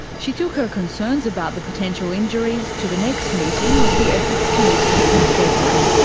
she took her concerns about the potential injuries to the next meeting of the ethics committee in february.